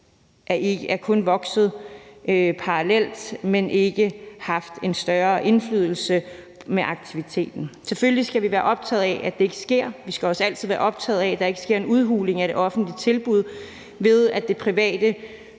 er kun vokset parallelt, men har ikke haft en større indflydelse på aktiviteten. Selvfølgelig skal vi være optaget af, at det ikke sker. Vi skal også altid være optaget af, at der ikke sker en udhuling af det offentlige tilbud, ved at det private